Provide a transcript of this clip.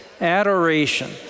adoration